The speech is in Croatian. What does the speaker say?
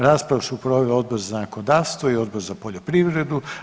Raspravu su proveli Odbor za zakonodavstvo i Odbor za poljoprivredu.